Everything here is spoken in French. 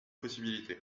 possibilité